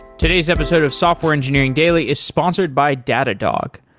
today's episode of software engineering daily is sponsored by datadog.